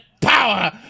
power